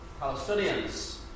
Palestinians